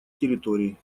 территорий